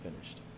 finished